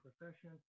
profession